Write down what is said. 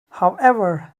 however